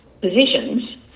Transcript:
positions